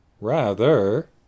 Rather